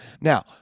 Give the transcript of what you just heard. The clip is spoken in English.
Now